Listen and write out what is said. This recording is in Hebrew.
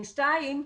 מובן שני,